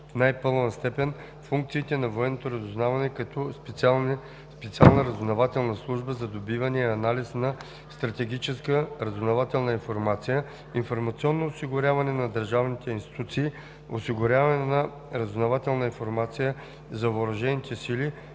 в най-пълна степен функциите на военното разузнаване като специална разузнавателна служба за добиване и анализ на стратегическа разузнавателна информация, информационно осигуряване на държавните институции, осигуряване на разузнавателна информация за въоръжените сили